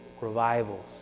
revivals